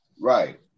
Right